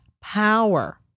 power